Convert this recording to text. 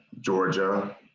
Georgia